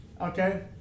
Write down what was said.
Okay